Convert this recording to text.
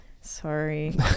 sorry